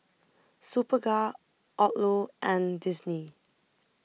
Superga Odlo and Disney